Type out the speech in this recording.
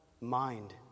mind